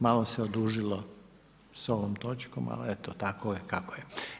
Malo se odužilo sa ovom točkom, ali eto tako kako je.